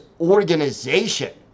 organization